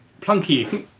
Plunky